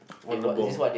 on the ball